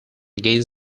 against